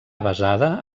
basada